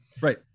Right